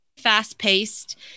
fast-paced